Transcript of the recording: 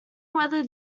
whether